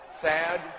sad